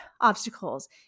obstacles